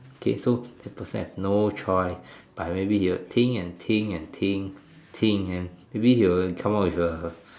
okay so that person have no choice but maybe he will think and think and think think and maybe he will come up with a